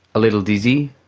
a little dizzy.